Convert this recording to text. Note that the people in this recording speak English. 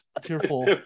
tearful